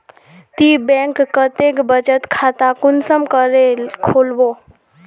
ती बैंक कतेक बचत खाता कुंसम करे खोलबो?